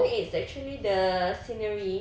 for me it's actually the scenery